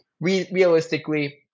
realistically